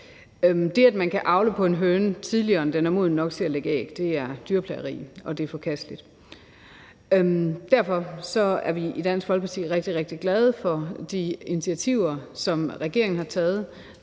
Det, at man kan avle på en høne, tidligere end den er moden nok til at lægge æg, er dyrplageri, og det er forkasteligt. Derfor er vi i Dansk Folkeparti rigtig, rigtig glade for de initiativer, som regeringen har taget